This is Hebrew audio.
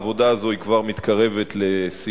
עבודה זו כבר מתקרבת לסיום,